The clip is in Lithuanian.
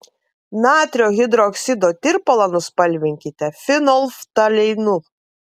natrio hidroksido tirpalą nuspalvinkite fenolftaleinu